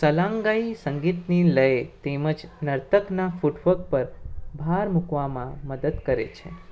સલાંગાઈ સંગીતની લય તેમજ નર્તકના ફૂટવર્ક પર ભાર મૂકવામાં મદદ કરે છે